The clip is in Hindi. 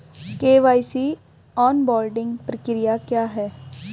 के.वाई.सी ऑनबोर्डिंग प्रक्रिया क्या है?